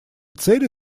цели